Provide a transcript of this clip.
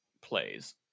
plays